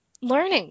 learning